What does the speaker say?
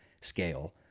scale